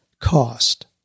cost